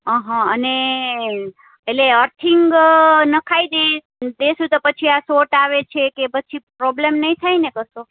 અહં અને એટલે એ અર્થીન્ગ નખાવી દઈશું તો પછી આ શોર્ટ આવે છે કે પછી પ્રોબ્લમ નહીં થાય ને કશો